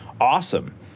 awesome